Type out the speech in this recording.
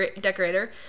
decorator